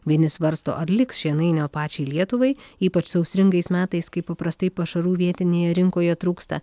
vieni svarsto ar liks šienainio pačiai lietuvai ypač sausringais metais kai paprastai pašarų vietinėje rinkoje trūksta